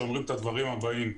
שאומרים את הדברים הבאים.